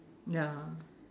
ya